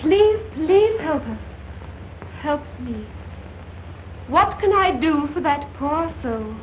please please help me help what can i do for that process so